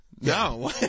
No